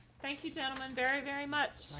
thank you gentlemen, very very much.